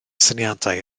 syniadau